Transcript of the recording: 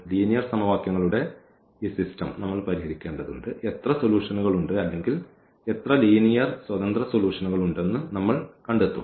linear സമവാക്യങ്ങളുടെ ഈ സംവിധാനം നമ്മൾ പരിഹരിക്കേണ്ടതുണ്ട് എത്ര സൊല്യൂഷനുകളുണ്ട് അല്ലെങ്കിൽ എത്ര ലീനിയർ സ്വതന്ത്ര സൊല്യൂഷനുകൾ ഉണ്ടെന്ന് നമ്മൾ കണ്ടെത്തും